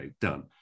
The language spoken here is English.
done